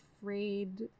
afraid